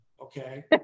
Okay